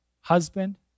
husband